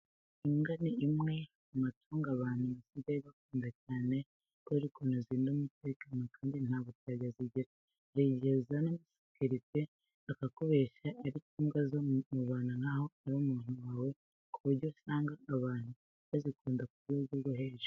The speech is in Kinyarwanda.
Imbwa ni imwe mu matungo abantu basigaye bakunda cyane kubera ukuntu zirinda umutekano kandi nta buryarya zigira. Hari igihe uzana umusekirite akakubeshya ariko imbwa zo mubana nkaho ari umuntu wawe ku buryo usanga abantu bazikunda ku rwego rwo hejuru.